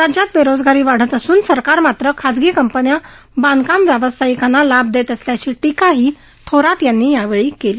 राज्यात बेरोजगारी वाढत असून सरकार मात्र खासगी कंपन्या बांधकाम व्यावसायिकांना लाभ देत असल्याची टीकाही थोरात यांनी यावेळी केली